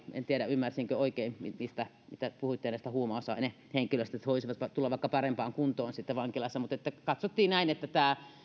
en tiedä ymmärsinkö oikein mitä mitä puhuitte näistä huumausainehenkilöistä että he voisivat tulla vaikka parempaan kuntoon sitten vankilassa mutta katsottiin näin että